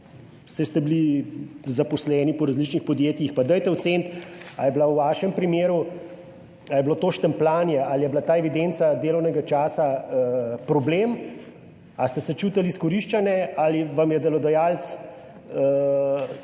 saj ste bili zaposleni po različnih podjetjih, pa dajte oceniti ali je bilo to štempljanje ali je bila ta evidenca delovnega časa problem ali ste se čutili izkoriščane ali vam je delodajalec